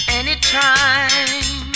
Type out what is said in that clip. anytime